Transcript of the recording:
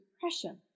depression